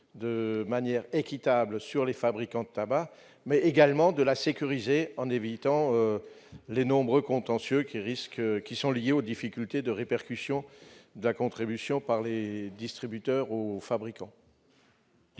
de manière équitable sur les fabricants de tabac, mais également de la sécuriser en évitant les nombreux contentieux liés aux difficultés de répercussion de la contribution par les distributeurs sur les fabricants.